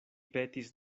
petis